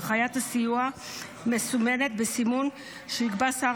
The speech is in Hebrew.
וחיית הסיוע מסומנת בסימון שיקבע שר